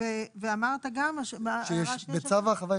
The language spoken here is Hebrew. אחת, במרכז הציבורי,